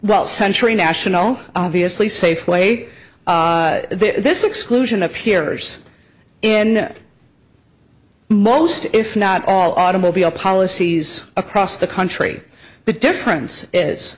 well century national obviously safeway this exclusion appears in most if not all automobile policies across the country the difference is